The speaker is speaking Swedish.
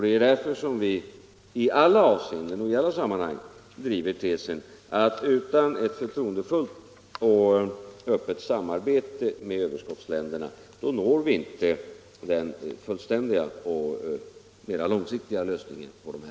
Det är därför som vi Om betalningsbai alla avseenden och i alla sammanhang driver tesen att utan ett för — lansproblemen på troendefullt och öppet samarbete med överskottsländerna når vi inte den — grund av de höjda fullständiga och mera långsiktiga lösningen på dessa problem.